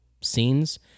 scenes